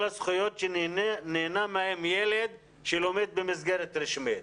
הזכויות שנהנה מהם ילד שלומד במסגרת רשמית.